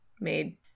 made